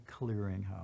clearinghouse